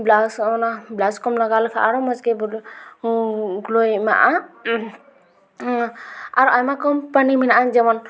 ᱵᱞᱟᱥ ᱚᱱᱟ ᱵᱞᱟᱥ ᱠᱚᱢ ᱞᱟᱜᱟᱣ ᱞᱮᱠᱷᱟᱡ ᱟᱨᱚ ᱢᱚᱡᱽᱜᱮ ᱵᱳᱞ ᱜᱞᱳᱭ ᱮᱢᱟᱜᱼᱟ ᱟᱨ ᱟᱭᱢᱟ ᱠᱳᱢᱯᱟᱱᱤ ᱢᱮᱱᱟᱜᱼᱟ ᱡᱮᱢᱚᱱ